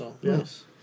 Yes